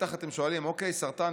בטח אתם שואלים: סרטן,